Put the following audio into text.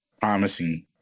Promising